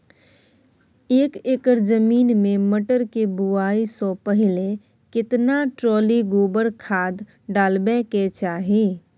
एक एकर जमीन में मटर के बुआई स पहिले केतना ट्रॉली गोबर खाद डालबै के चाही?